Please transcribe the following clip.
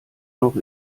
noch